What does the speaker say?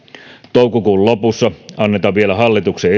toukokuun lopussa annetaan vielä hallituksen